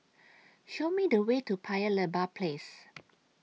Show Me The Way to Paya Lebar Place